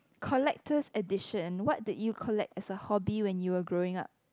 collectors edition what did you collect as a hobby when you were growing up